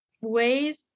ways